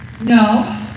No